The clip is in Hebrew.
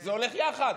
זה הולך יחד.